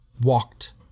walked